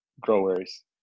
growers